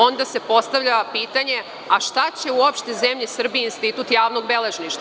Onda se postavlja pitanje – a šta će uopšte zemlji Srbiji institut javnog beležništva?